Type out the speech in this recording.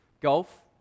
Golf